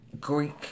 Greek